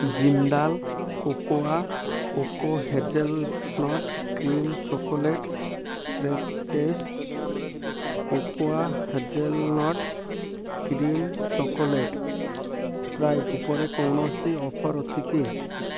Jindal cocoa cocoa hazelnut cream chocolate spreads cocoa hazelnut cream chocolate ଉପରେ କୌଣସି offer ଅଛି କି